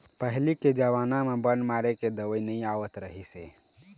पहिली के जमाना म बन मारे के दवई नइ आवत रहिस हे